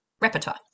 repertoire